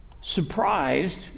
surprised